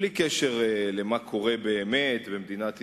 בלי קשר למה קורה באמת במדינת ישראל,